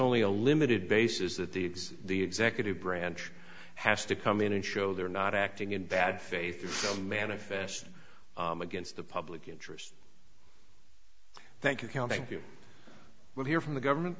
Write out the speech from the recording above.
only a limited basis that the the executive branch has to come in and show they're not acting in bad faith the manifest against the public interest thank you can thank you will hear from the government